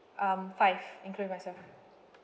um five including myself